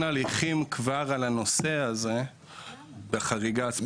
הליכים כבר על הנושא הזה בחריגה ספציפית.